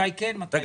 אדוני היו"ר,